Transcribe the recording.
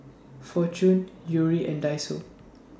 Fortune Yuri and Daiso